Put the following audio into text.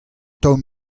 tomm